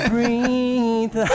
Breathe